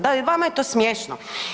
Da, vama je to smiješno.